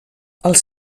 els